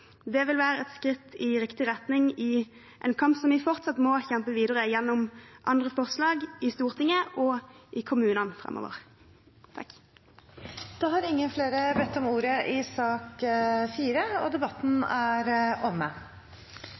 Det vil være et skritt i riktig retning i en kamp som vi må kjempe videre gjennom andre forslag i Stortinget og i kommunene framover. Flere har ikke bedt om ordet til sak nr. 4. Etter ønske fra familie- og